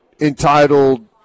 entitled